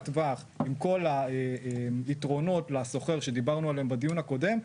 טווח עם כל היתרונות לשוכר שדיברנו עליהם בדיון הקודם,